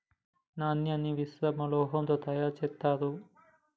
నాణాన్ని మిశ్రమ లోహంతో తయారు చేత్తారు